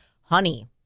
honey